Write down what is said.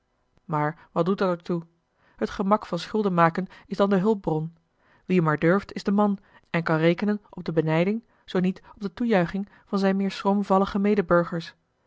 maar wat doet er dat toe het gemak van schuldenmaken is dan de hulpbron wie maar durft is de man en kan rekenen op de benijding zoo niet op de toejuiching van zijne meer schroomvallige medeburgers